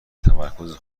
تمرکز